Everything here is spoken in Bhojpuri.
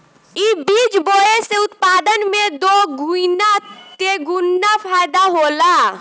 इ बीज बोए से उत्पादन में दोगीना तेगुना फायदा होला